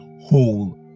whole